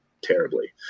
terribly